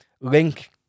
link